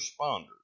responders